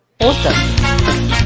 Awesome